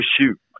shoot